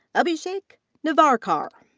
abhishek navarkar.